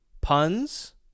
puns